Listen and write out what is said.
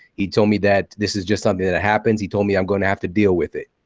he told me that this is just something that happens. he told me i'm going to have to deal with it.